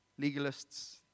legalists